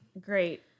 Great